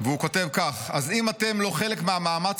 הוא כותב כך: אז אם אתם לא חלק מהמאמץ